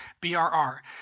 B-R-R